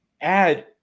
add